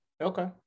Okay